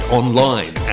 online